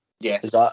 Yes